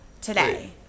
today